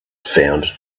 found